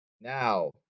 Now